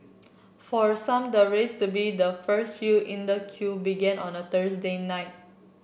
for some the race to be the first few in the queue began on the Thursday night